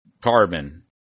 carbon